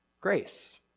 grace